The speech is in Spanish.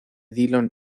dillon